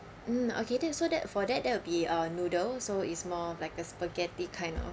mm okay then so that for that that will be uh noodle so it's more of like a spaghetti kind of